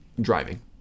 driving